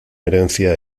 herencia